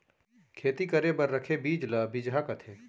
खेती करे बर रखे बीज ल बिजहा कथें